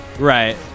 Right